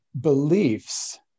beliefs